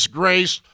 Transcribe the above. grace